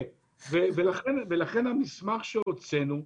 לכן המסמך שהוצאנו,